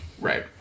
right